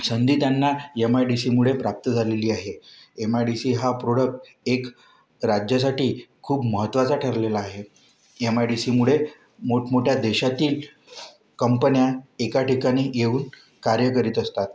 संधी त्यांना M I D सीमुळे प्राप्त झालेली आहे एम आय डी सी हा प्रोडक्ट एक राज्यासाठी खूप महत्त्वाचा ठरलेला आहे यम आय डी सीमुळे मोठमोठ्या देशातील कंपन्या एका ठिकाणी येऊन कार्य करीत असतात